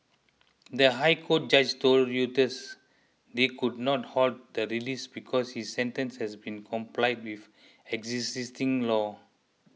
the High Court judges told Reuters they could not halt the release because his sentence has been complied with existing law